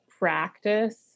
practice